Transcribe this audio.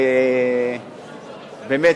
ובאמת,